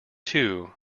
two